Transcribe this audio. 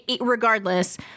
regardless